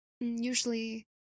Usually